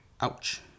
Ouch